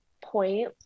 point